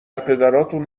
پدراتون